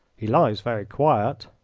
he lies very quiet.